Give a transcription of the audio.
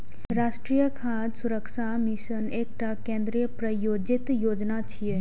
राष्ट्रीय खाद्य सुरक्षा मिशन एकटा केंद्र प्रायोजित योजना छियै